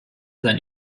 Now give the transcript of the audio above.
sein